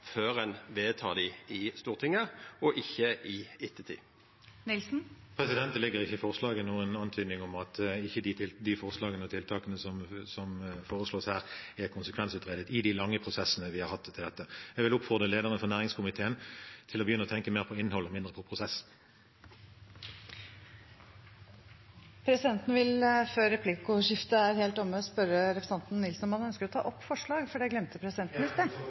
før ein vedtek dei i Stortinget, og ikkje i ettertid? Det ligger ikke i forslaget noen antydning om at ikke de forslagene og tiltakene som er fremmet her, er konsekvensutredet i de lange prosessene vi har hatt på dette. Jeg vil oppfordre lederen for næringskomiteen til å begynne å tenke mer på innholdet og mindre på prosessen. Presidenten vil før replikkordskiftet er helt omme, spørre representanten Nilsen om han ønsker å ta opp forslag, for det glemte presidenten i sted.